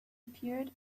appeared